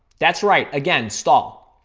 that's right. again, stop.